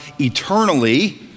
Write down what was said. eternally